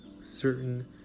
certain